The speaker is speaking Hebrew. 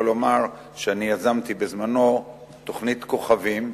לומר שאני יזמתי בזמנו תוכנית כוכבים,